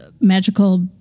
magical